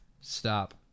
stop